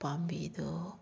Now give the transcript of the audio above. ꯄꯥꯝꯕꯤꯗꯣ